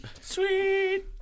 Sweet